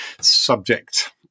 subject